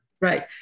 Right